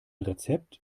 rezept